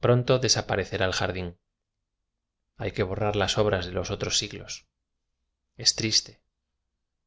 pronto desaparecerá el jardín hay que borrar las obras de los otros siglos es triste